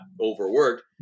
overworked